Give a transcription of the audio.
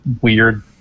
weird